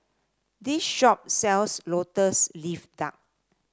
this shop sells lotus leaf duck